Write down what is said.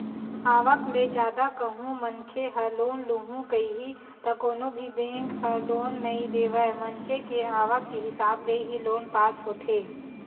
आवक ले जादा कहूं मनखे ह लोन लुहूं कइही त कोनो भी बेंक ह लोन नइ देवय मनखे के आवक के हिसाब ले ही लोन पास होथे